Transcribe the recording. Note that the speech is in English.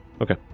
Okay